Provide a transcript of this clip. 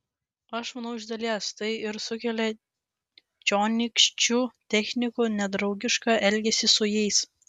aš manau iš dalies tai ir sukelia čionykščių technikų nedraugišką elgesį su jais